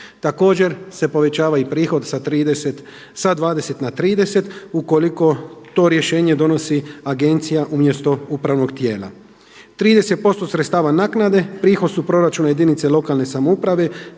Također se povećava i prihod sa 20 na 30 ukoliko to rješenje donosi agencija umjesto upravnog tijela. 30% sredstava naknade prihod su proračuna jedinice lokalne samouprave